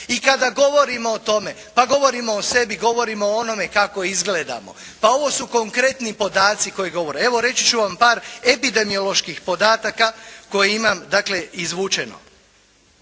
I kada govorimo o tome pa govorimo o sebi, govorimo o onome kako izgledamo. Pa ovo su konkretni podaci koji govore. Evo, reći ću vam par epidemioloških podataka koje imam dakle izvučeno.